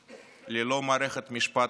ללא מערכת משפט עצמאית,